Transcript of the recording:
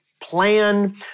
plan